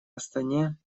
астане